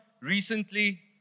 recently